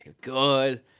Good